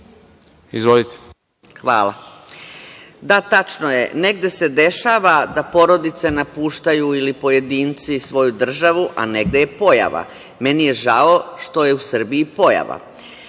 Radeta** Hvala. Da tačno je, negde se dešava da porodice napuštaju ili pojedinci svoju državu, a negde je pojava. Meni je žao što je u Srbiji pojava.